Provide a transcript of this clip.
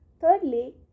Thirdly